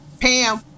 Pam